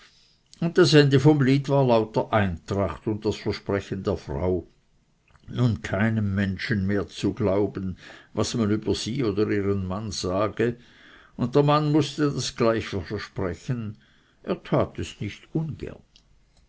und das ende vom lied war lauter eintracht und das versprechen der frau nun keinem menschen mehr zu glauben was man über ihren mann sage und der mann mußte das gleiche versprechen er tat es nicht ungern